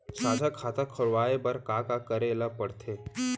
साझा खाता खोलवाये बर का का करे ल पढ़थे?